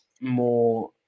More